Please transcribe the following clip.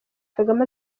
kagame